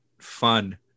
fun